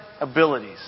abilities